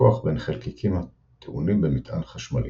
הכוח בין חלקיקים הטעונים במטען חשמלי,